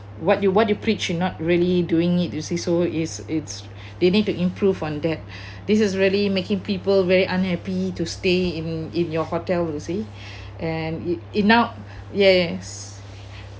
what you what you preach not really doing it you see so it's it's they need to improve on that this is really making people very unhappy to stay in in your hotel you see and in now yes